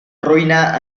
ruïna